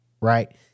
right